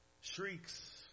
Shrieks